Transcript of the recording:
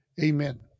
Amen